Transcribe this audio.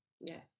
yes